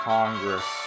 Congress